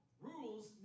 Rules